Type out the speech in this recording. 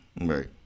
Right